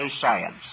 science